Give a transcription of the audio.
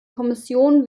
kommission